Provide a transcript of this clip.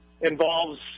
involves